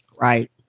right